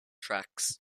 tracks